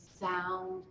sound